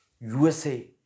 USA